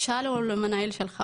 "תשאל את המנהל שלך",